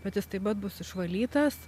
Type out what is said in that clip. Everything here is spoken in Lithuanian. bet jis taip pat bus išvalytas